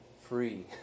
free